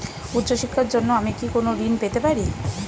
উচ্চশিক্ষার জন্য আমি কি কোনো ঋণ পেতে পারি?